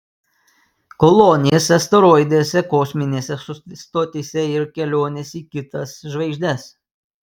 kolonijos asteroiduose kosminėse stotyse ir kelionės į kitas žvaigždes